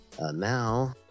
Now